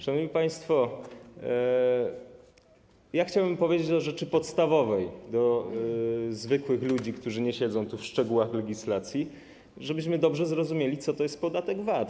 Szanowni państwo, chciałbym powiedzieć o rzeczy podstawowej do zwykłych ludzi, którzy nie siedzą w szczegółach legislacji, żebyśmy dobrze zrozumieli, co to jest podatek VAT.